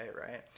right